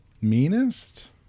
meanest